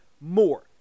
more